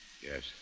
Yes